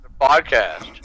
podcast